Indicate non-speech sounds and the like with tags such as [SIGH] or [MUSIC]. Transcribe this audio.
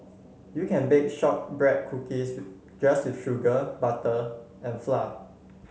you can bake shortbread cookies [UNINTELLIGIBLE] just with sugar butter and flour